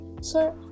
Sir